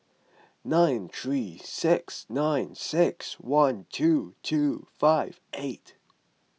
nine three six nine six one two two five eight